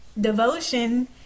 devotion